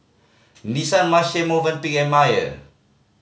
Nissan Marche Movenpick Mayer